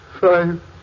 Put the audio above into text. Five